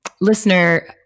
listener